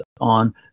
on